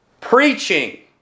preaching